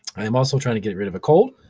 i'm also trying to get rid of a cold.